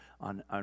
on